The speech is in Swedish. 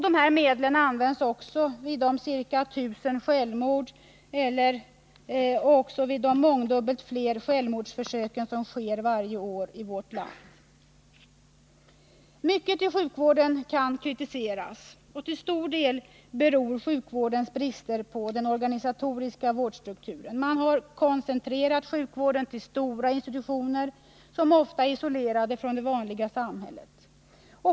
Dessa medel används också vid de ca 1 000 självmord och de mångdubbelt fler självmordsförsök som begås varje år i vårt land. Mycket i sjukvården kan kritiseras, och till stor del beror sjukvårdens brister på den organisatoriska vårdstrukturen. Man har koncentrerat Nr 49 sjukvården till stora institutioner, som ofta är isolerade från det vanliga samhället.